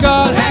God